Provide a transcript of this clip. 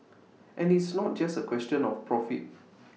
any it's not just A question of profit